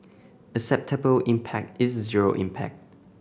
acceptable impact is zero impact